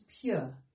pure